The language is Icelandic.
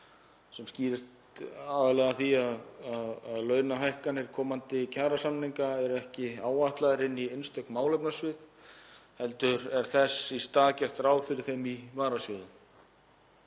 sem skýrist aðallega af því að launahækkanir komandi kjarasamninga eru ekki áætlaðar í einstök málefnasvið heldur er þess í stað gert ráð fyrir þeim í varasjóði